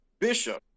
Bishop